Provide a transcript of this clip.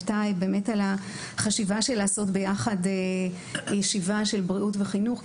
טייב על החשיבה לעשות ביחד ישיבה של בריאות וחינוך,